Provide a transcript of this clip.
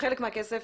חלק מהכסף,